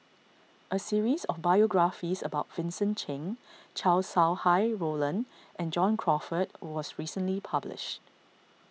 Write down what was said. a series of biographies about Vincent Cheng Chow Sau Hai Roland and John Crawfurd was recently published